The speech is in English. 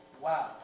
Wow